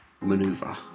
Maneuver